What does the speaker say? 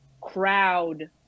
crowd